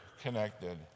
connected